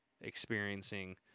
experiencing